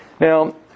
Now